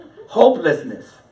Hopelessness